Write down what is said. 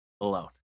alone